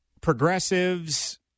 progressives